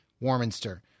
Warminster